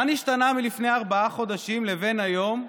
מה נשתנה מלפני ארבעה חודשים לבין היום?